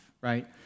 right